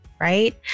right